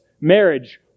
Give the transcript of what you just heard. marriage